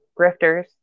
grifters